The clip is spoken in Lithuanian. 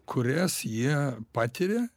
kurias jie patiria